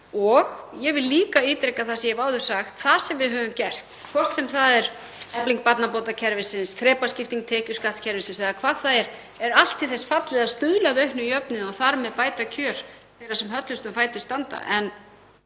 Ég vil líka ítreka það sem ég hef áður sagt, þ.e. að það sem við höfum gert, hvort sem það er efling barnabótakerfisins, þrepaskipting tekjuskattskerfisins eða hvað það er, er allt til þess fallið að stuðla að auknum jöfnuði og bæta þar með kjör þeirra sem höllustum fæti standa.